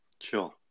Sure